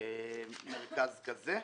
מרכז כזה.